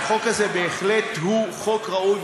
והחוק הזה בהחלט הוא חוק ראוי,